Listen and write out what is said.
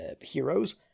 heroes